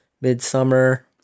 Midsummer